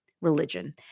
religion